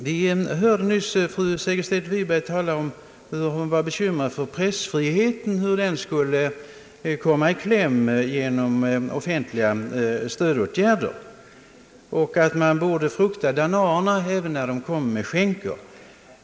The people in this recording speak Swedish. Vi hörde nyss fru Segerstedt Wiberg tala om att hon är bekymrad för hur pressfriheten kan komma i kläm genom offentliga stödåtgärder och att man bör frukta danaerna även när de kommer med skänker.